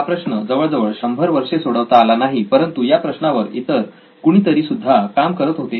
हा प्रश्न जवळ जवळ शंभर वर्षे सोडवता आला नाही परंतु या प्रश्नावर इतर कुणीतरी सुद्धा काम करत होते